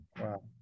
Wow